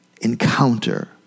encounter